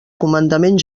comandament